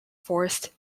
forest